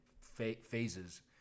phases